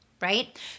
right